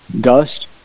dust